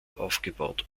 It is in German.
aufgebaut